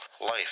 life